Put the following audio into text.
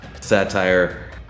satire